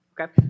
Okay